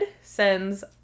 sends